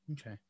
Okay